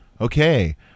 Okay